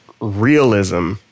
realism